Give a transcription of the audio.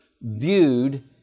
viewed